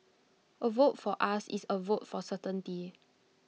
A vote for us is A vote for certainty